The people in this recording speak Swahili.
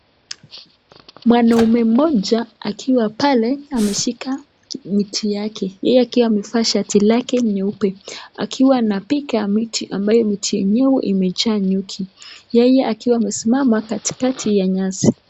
Mwanaume mmoja akiwa pale ameshika miti yake yeye akiwa amevaa shati lake nyeupe, akiwa anapiga miti ambayo miti yenyewe imejaa nyuki yeye akiwa amesimama katikati ya nyasi